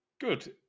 Good